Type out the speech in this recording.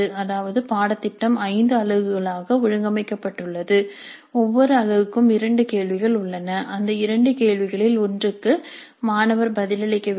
அதாவது பாடத்திட்டம் 5 அலகுகளாக ஒழுங்கமைக்கப்பட்டுள்ளது ஒவ்வொரு அலகுக்கும் 2 கேள்விகள் உள்ளன அந்த 2 கேள்விகளில் 1 க்கு மாணவர் பதிலளிக்க வேண்டும்